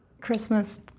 Christmas